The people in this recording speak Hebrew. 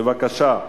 בבקשה.